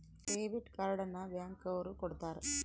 debit card ನ bank ಅವ್ರು ಕೊಡ್ತಾರ